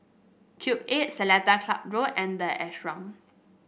Cube Eight Seletar Club Road and the Ashram